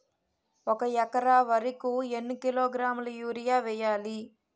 ఒక ఎకర వరి కు ఎన్ని కిలోగ్రాముల యూరియా వెయ్యాలి?